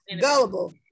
Gullible